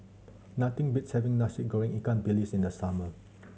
nothing beats having Nasi Goreng ikan bilis in the summer